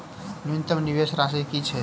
न्यूनतम निवेश राशि की छई?